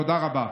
תודה רבה.